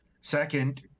Second